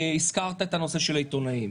הזכרת את הנושא של העיתונאים.